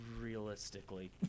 realistically